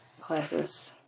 classes